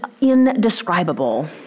indescribable